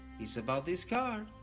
it's about this card.